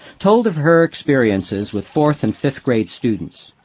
told of her experiences with fourth and fifth grade students.